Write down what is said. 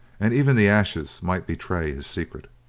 and even the ashes might betray his secret.